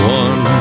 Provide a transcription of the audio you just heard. one